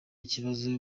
ikibazo